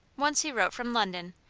once he wrote from london,